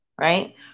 right